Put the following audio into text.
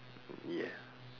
yeah